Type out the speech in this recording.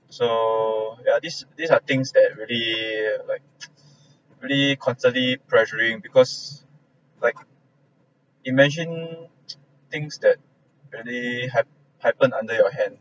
so there are these these are things that really like really constantly pressuring because like you mentioned things that really hap~ happened under your hand